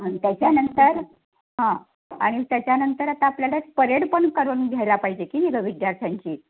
आणि त्याच्यानंतर हां आणि त्याच्यानंतर आता आपल्याला परेड पण करून घ्यायला पाहिजे की गं विद्यार्थ्यांची